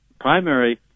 primary